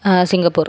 Singapore